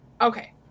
Okay